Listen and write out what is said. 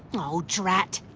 oh, drat.